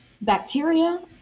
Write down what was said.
bacteria